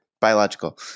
biological